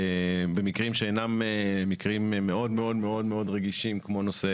במקרים שאינם מאוד-מאוד רגישים כמו נושא